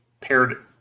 paired